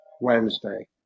Wednesday